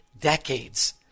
decades